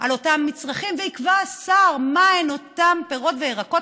על אותם מצרכים, ויקבע השר מהם אותם פירות וירקות.